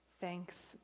Thanks